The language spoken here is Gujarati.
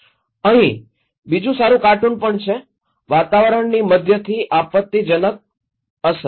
અહીં બીજું સારું કાર્ટૂન પણ છે વાતાવરણની મધ્યમથી આપત્તિજનકની અસર